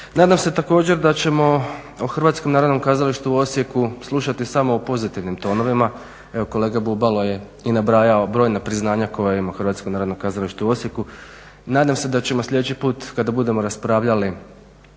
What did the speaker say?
Nadam se također da ćemo o HNK u Osijeku slušati samo u pozitivnim tonovima. Evo, kolega Bubalo je i nabrajao brojna priznanja koja ima HNK u Osijeku. Nadam se da ćemo sljedeći put kada budemo raspravljali